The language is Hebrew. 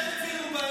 אז --- הוא בעייתי.